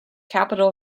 capital